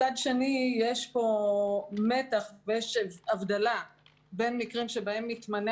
מצד שני יש פה מתח ויש הבדלה בין מקרים שבהם מתמנה